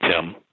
Tim